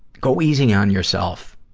go easy on yourself.